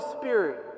Spirit